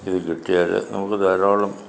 ഇത് കിട്ടിയാൽ നമുക്ക് ധാരാളം